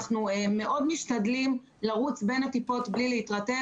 אנחנו משתדלים מאוד לרוץ בין הטיפות בלי להירטב